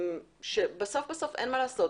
בסוף אין מה לעשות,